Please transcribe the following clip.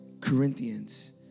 Corinthians